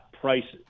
prices